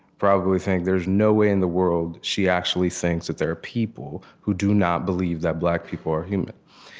probably think, there's no way in the world she actually thinks that there are people who do not believe that black people are human.